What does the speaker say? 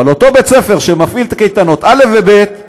אבל באותו בית-ספר שמפעיל את הקייטנות: א' וב'